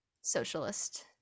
socialist